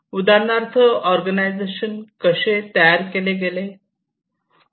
उदाहरणार्थ ऑर्गनायझेशन कसे तयार केले गेले